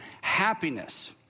Happiness